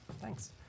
Thanks